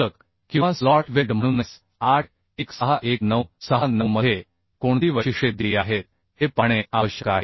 plug किंवा slot weld म्हणूनIS 816 1969 मध्ये कोणती वैशिष्ट्ये दिली आहेत हे पाहणे आवश्यक आहे